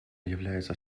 является